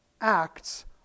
acts